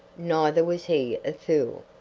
neither was he a fool.